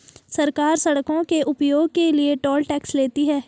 सरकार सड़कों के उपयोग के लिए टोल टैक्स लेती है